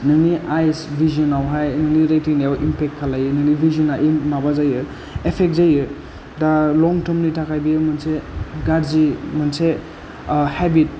नोंनि आयस भिजोनावहाय नोंनि रेटिना याव इम्पेक्ट खालायो नोंनि भिजोना माबा जायो एफेक्ट जायो दा लं टोर्मनि थाखाय बेयो मोने गाज्रि मोनसे हेबिट